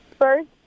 first